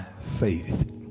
faith